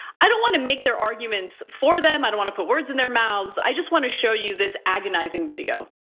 i don't want to make their arguments for them. i don't want to put words in their mouths. i just want to show you this agonizing video.